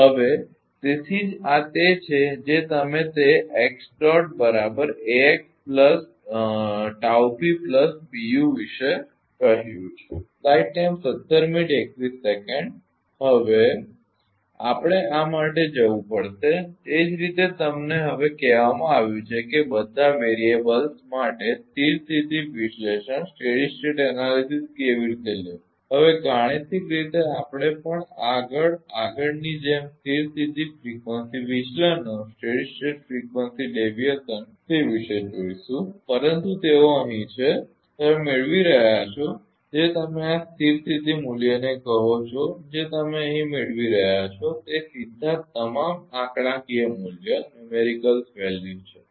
હવે તેથી જ આ તે છે જે અમે તે વિશે કહ્યું છે હવે આપણે આ માટે જવું પડશે તે રીતે તમને હવે કહેવામાં આવ્યું છે કે બધા ચલો માટે સ્થિર સ્થિતી વિશ્લેષણ કેવી રીતે લેવું હવે ગાણિતિક રીતે આપણે પણ આગળ આગળની જેમ સ્થિર સ્થિતી ફ્રિકવંસી વિચલનો છે તે વિશે જોઇશું પરંતુ તેઓ અહીં છે તમે મેળવી રહ્યા છો જે તમે આ સ્થિર સ્થિતી મૂલ્યને કહો છો જે તમે અહીં મેળવી રહ્યા છો તે સીધા જ તમામ આંકડાકીય મૂલ્યો છે